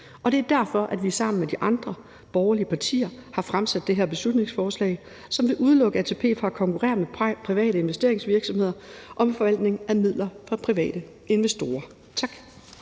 Det er derfor, vi sammen med de andre borgerlige partier har fremsat det her beslutningsforslag, som vil udelukke ATP fra at konkurrere med private investeringsvirksomheder i forhold til forvaltning af midler for private investorer. Tak.